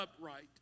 upright